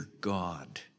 God